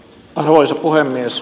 arvoisa puhemies